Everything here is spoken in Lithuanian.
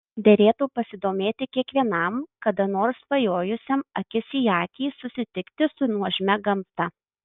derėtų pasidomėti kiekvienam kada nors svajojusiam akis į akį susitikti su nuožmia gamta